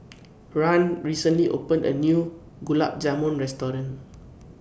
Rahn recently opened A New Gulab Jamun Restaurant